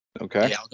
Okay